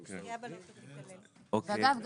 אגב,